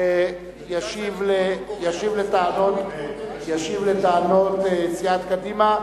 ישיב לטענות סיעת קדימה,